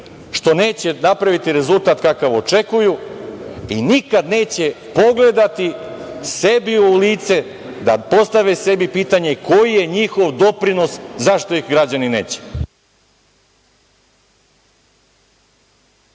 što neće napraviti rezultat kakav očekuju i nikad neće pogledati sebi u lice, da postave sebi pitanje - koji je njihov doprinos zašto ih građani neće.